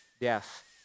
death